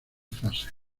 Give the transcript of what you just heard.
fases